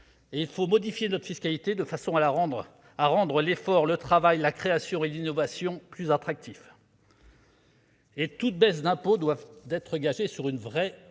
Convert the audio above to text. Il faut modifier notre fiscalité, de façon à rendre l'effort, le travail, la création et l'innovation plus attractifs. Toute baisse d'impôts doit être gagée sur une vraie